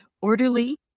orderly